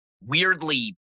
weirdly